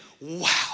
wow